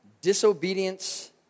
Disobedience